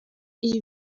ibi